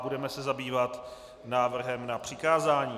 Budeme se zabývat návrhem na přikázání.